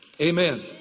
Amen